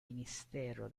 ministero